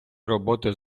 роботи